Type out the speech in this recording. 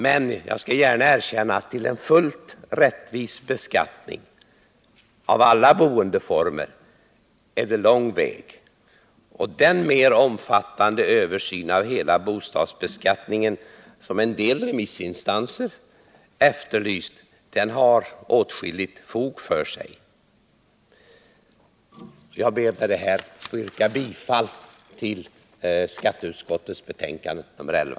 Men jag skall gärna erkänna att vägen fram till en fullt rättvis beskattning av alla boendeformer är lång. Den mer omfattande översyn av hela bostadsbeskattningen, som en del remissinstanser efterlyst, har åtskilligt fog för sig. Herr talman! Jag ber med detta att få yrka bifall till skatteutskottets förslag i dess betänkande nr 11.